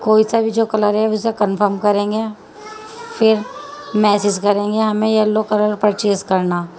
کوئی سا بھی جو کلر ہے اسسے کنفرم کریں گے پھر میسج کریں گے ہمیں یلو کلر پرچیز کرنا